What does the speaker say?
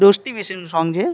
દોસ્તી વિશેનું સોંગ છે